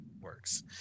works